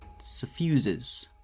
suffuses